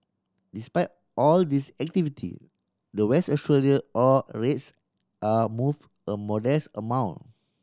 despite all this activity the West Australia ore rates are move a modest amount